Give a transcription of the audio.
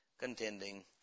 contending